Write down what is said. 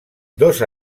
dos